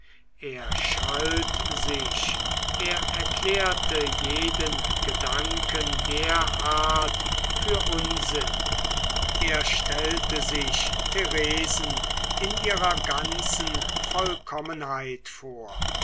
er schalt sich er erklärte jeden gedanken der art für unsinn er stellte sich theresen in ihrer ganzen vollkommenheit vor